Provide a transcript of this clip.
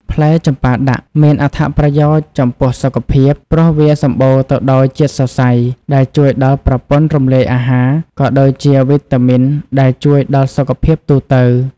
ផ្លែចម្ប៉ាដាក់ មានអត្ថប្រយោជន៍ចំពោះសុខភាព ព្រោះវាសម្បូរទៅដោយជាតិសរសៃ ដែលជួយដល់ប្រព័ន្ធរំលាយអាហារ ក៏ដូចជាវីតាមីនដែលជួយដល់សុខភាពទូទៅ។